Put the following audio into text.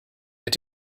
mit